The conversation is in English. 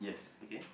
okay